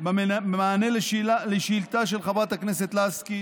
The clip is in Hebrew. במענה לשאילתה של חברת הכנסת גבי לסקי